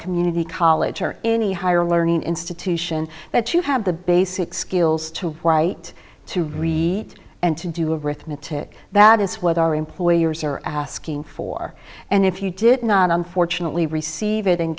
community college or any higher learning institution that you have the basic skills to write to read and to do arithmetic that is what our employers are asking for and if you did not unfortunately receiv